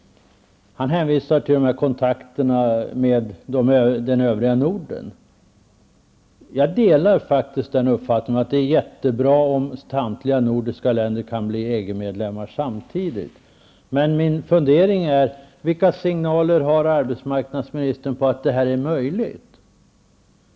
Han hänvisade till kontakter med övriga Norden. Jag delar uppfattningen att det är utomordentligt bra om samtliga nordiska länder samtidigt blir EG medlemmar. Vilka signaler har arbetsmarknadsministern på att detta är möjligt?